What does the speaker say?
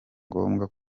ngombwa